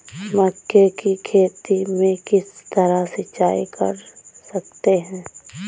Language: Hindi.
मक्के की खेती में किस तरह सिंचाई कर सकते हैं?